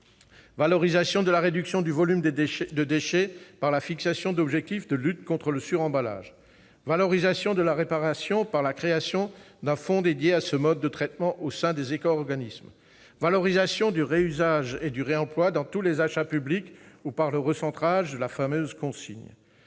valorisation de la réduction du volume de déchets par la fixation d'objectifs de lutte contre le suremballage ; valorisation de la réparation par la création d'un fonds dédié à ce mode de traitement au sein des éco-organismes ; valorisation du réusage et du réemploi dans tous les achats publics ou par le recentrage de la fameuse consigne.